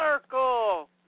circle